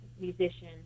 musician